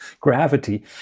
gravity